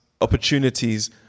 opportunities